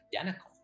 identical